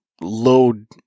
load